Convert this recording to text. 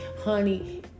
honey